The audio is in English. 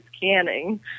canning